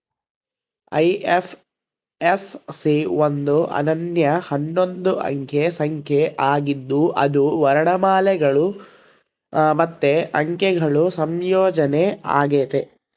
IFSC ಒಂದು ಅನನ್ಯ ಹನ್ನೊಂದು ಅಂಕೆ ಸಂಖ್ಯೆ ಆಗಿದ್ದು ಅದು ವರ್ಣಮಾಲೆಗುಳು ಮತ್ತೆ ಅಂಕೆಗುಳ ಸಂಯೋಜನೆ ಆಗೆತೆ